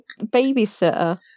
Babysitter